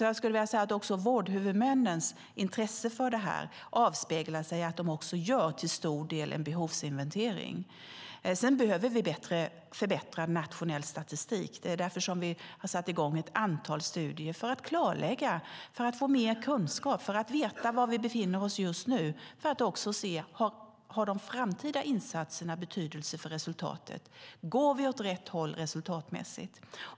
Jag skulle vilja säga att också vårdhuvudmännens intresse för det här avspeglas i att de till stor del gör en behovsinventering. Sedan behöver vi en förbättrad nationell statistik. Det är därför vi har satt i gång ett antal studier för att klarlägga, för att få mer kunskap, för att få veta var vi befinner oss just nu och för att också se om de framtida insatserna har betydelse för resultatet. Går vi åt rätt håll resultatmässigt?